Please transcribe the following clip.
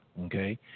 Okay